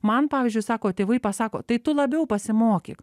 man pavyzdžiui sako tėvai pasako tai tu labiau pasimokyk